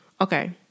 Okay